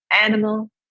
animal